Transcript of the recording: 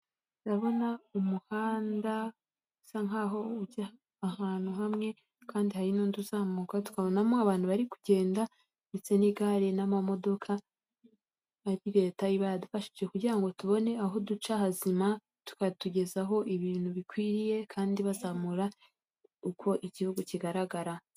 Iyi nzu isize irangi ry'umweru umutuku ku nkuta hamwe hasi hariho irangi rya shokora isa nkaho wagira ngo ni eyaterimani uko dukunze kuyita icuruza amatelefone n'amasimukadi kabona icyapa cyanyanditseho eyateli kiriho abakobwa babiri basa nk'abishimiye serivisi.